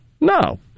No